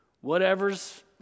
whatever's